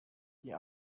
die